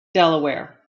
delaware